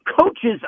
coaches